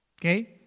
Okay